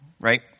right